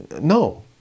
No